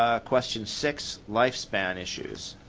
ah question six, life spanish shoes.